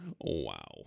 wow